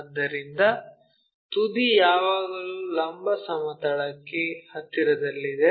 ಆದ್ದರಿಂದ ತುದಿ ಯಾವಾಗಲೂ ಲಂಬ ಸಮತಲಕ್ಕೆ ಹತ್ತಿರದಲ್ಲಿದೆ